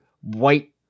white